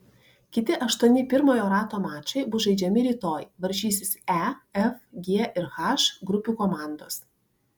kiti aštuoni pirmojo rato mačai bus žaidžiami rytoj varžysis e f g ir h grupių komandos